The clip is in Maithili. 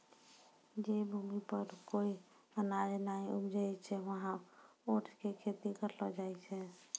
जै भूमि पर कोय अनाज नाय उपजै छै वहाँ ओट्स के खेती करलो जाय छै